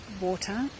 water